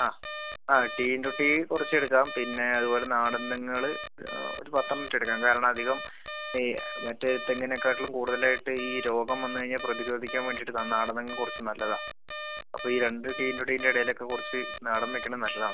ആ ആ T into T കുറച്ച് എടുക്കാം പിന്നെ അതുപോലെ നാടൻ തെങ്ങുകൾ ഒരു പത്ത് എണ്ണം വെച്ച് എടുക്കാം കാരണം അധികം ഈ മറ്റേ തെങ്ങിനെ കാട്ടിലും കൂടുതലായിട്ട് ഈ രോഗം വന്ന് കഴിഞ്ഞാൽ പ്രതിരോധിക്കാൻ വേണ്ടിയിട്ട് ആ നാടൻ തെങ്ങ് കുറച്ച് നല്ലതാണ് അപ്പോൾ ഈ രണ്ട് ടി ഇൻടു ടീൻ്റെ ഇടയിലൊക്കെ കുറച്ച് നാടൻ വെക്കുന്നത് നല്ലതാണ്